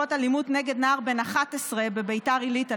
בעקבות אלימות נגד נער בן 11 בביתר עילית,